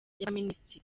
y’abaminisitiri